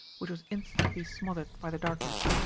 which was instantly smothered by the darkness.